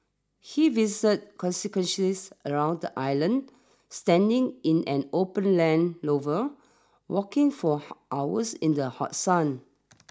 he visited around the island standing in an open Land Rover walking for hours in the hot sun